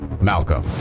Malcolm